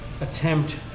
attempt